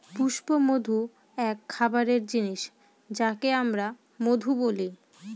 পুষ্পমধু এক খাবারের জিনিস যাকে আমরা মধু বলি